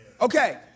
Okay